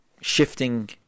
shifting